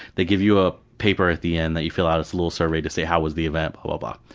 they give you a paper at the end that you fill out, it's a little survey to say how was the event, blah blah blah.